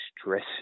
stress